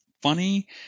funny